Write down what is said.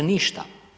Ništa.